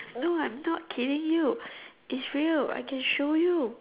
no I'm not kidding you it's real I can show you